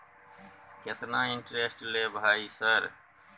केतना इंटेरेस्ट ले भाई सर?